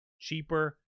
cheaper